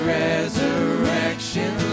resurrection